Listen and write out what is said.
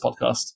podcast